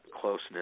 closeness